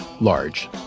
large